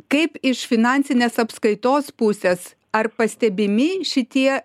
kaip iš finansinės apskaitos pusės ar pastebimi šitie